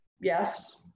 yes